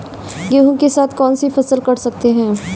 गेहूँ के साथ कौनसी फसल कर सकते हैं?